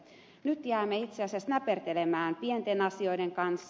nyt jäämme itse asiassa näpertelemään pienten asioiden kanssa